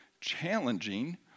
challenging